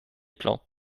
plan